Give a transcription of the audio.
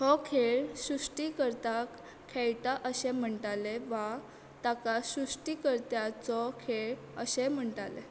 हो खेळ सृश्टीकर्ताक खेळटा अशें म्हणटाले वा ताका सृश्टीकर्त्याचो खेळ अशें म्हणटाले